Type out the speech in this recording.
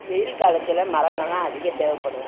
வெயில் காலத்தில் மரங்கள்லாம் அதிகம் தேவைப்படும்